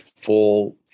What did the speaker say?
full